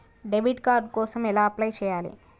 Debit card కోసం ఎలా apply చేయాలి?